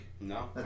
no